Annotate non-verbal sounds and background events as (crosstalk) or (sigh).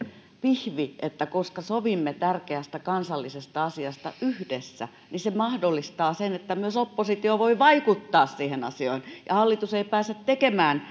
pihvi koska sovimme tärkeästä kansallisesta asiasta yhdessä se mahdollistaa sen että myös oppositio voi vaikuttaa siihen asiaan eikä hallitus pääse tekemään (unintelligible)